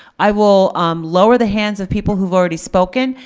i will lower the hands of people who've already spoken.